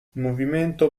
movimento